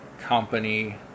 company